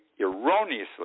erroneously